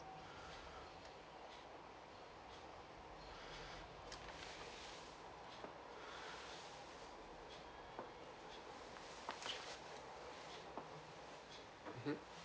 mm hmm